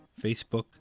Facebook